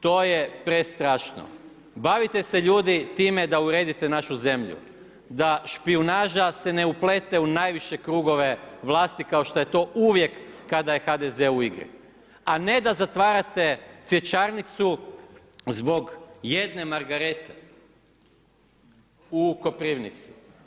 To je prestrašno, bavite se ljudi time, da uredite našu zemlju, da špijunaža se ne uplete u najviše krugove vlasti kao što je to uvijek kada je HDZ u igri, a ne da zatvarate cvjećarnicu zbog jedne margarete u Koprivnice.